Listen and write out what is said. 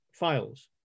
files